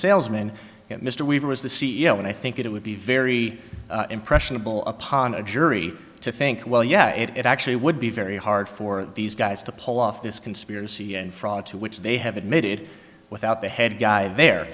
salesman mr weaver is the c e o and i think it would be very impressionable upon a jury to think well yeah it actually would be very hard for these guys to pull off this conspiracy and fraud to which they have admitted without the head guy there